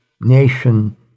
nation